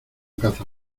caza